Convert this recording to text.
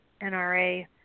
nra